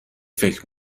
فکر